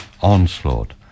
onslaught